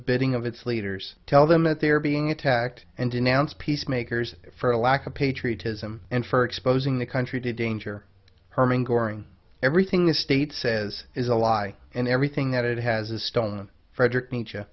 bidding of it's leaders tell them that they're being attacked and denounce peacemakers for lack of patriotism and for exposing the country to danger hermann goering everything the state says is a lie and everything that it has a stone frederic